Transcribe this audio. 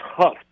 tough